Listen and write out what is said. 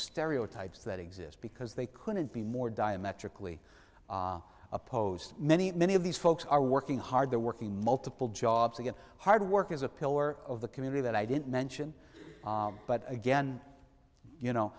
stereotypes that exist because they couldn't be more diametrically opposed many many of these folks are working hard they're working multiple jobs and hard work is a pillar of the community that i didn't mention but again you know